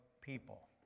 people